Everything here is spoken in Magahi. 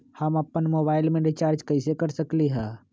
हम अपन मोबाइल में रिचार्ज कैसे कर सकली ह?